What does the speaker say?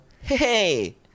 Hey